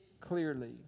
clearly